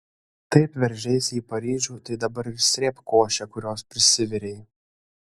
taip veržeisi į paryžių tai dabar ir srėbk košę kurios prisivirei